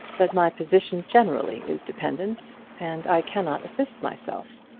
but my position generally is dependent, and i cannot assist myself.